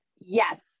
yes